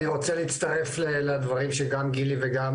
אני רוצה להצטרף לדברים שגם גילי וגם